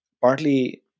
partly